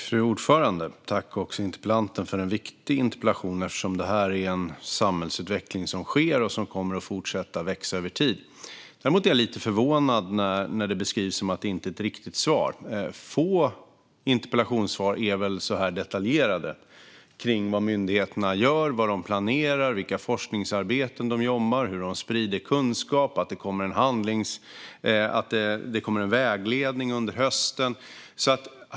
Fru talman! Jag tackar interpellanten för en viktig interpellation. Detta är en samhällsutveckling som sker och som kommer att fortsätta växa över tid. Jag är lite förvånad att det beskrivs som att det inte är ett riktigt svar. Få interpellationssvar är så här detaljerade kring vad myndigheterna gör och planerar och vilka forskningsarbeten de jobbar med, hur de sprider kunskap och att det kommer en vägledning under hösten.